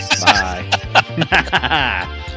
Bye